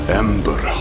ember